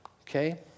okay